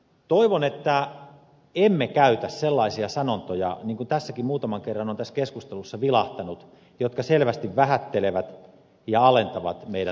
toivon että emme käytä sellaisia sanontoja niin kuin tässäkin keskustelussa on muutaman kerran vilahtanut jotka selvästi vähättelevät ja alentavat meidän tavoitteitamme